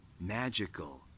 magical